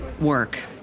work